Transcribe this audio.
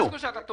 אלכס, אתה טועה.